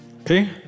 Okay